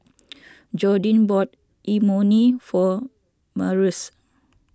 Jordi bought Imoni for Marius